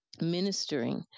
ministering